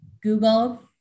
Google